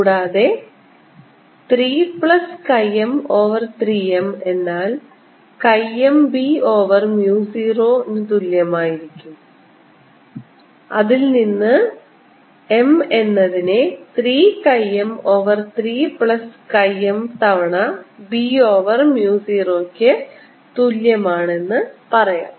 കൂടാതെ 3 plus chi m over 3 m എന്നാൽ chi m b over mu 0 ന് തുല്യമായിരിക്കും അതിൽനിന്ന് m എന്നതിനെ 3 chi m over 3 plus chi m തവണ b ഓവർ mu 0 ക്ക് തുല്യമാണെന്ന് പറയാം